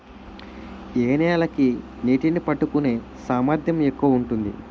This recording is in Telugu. ఏ నేల కి నీటినీ పట్టుకునే సామర్థ్యం ఎక్కువ ఉంటుంది?